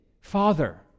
Father